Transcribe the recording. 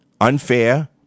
unfair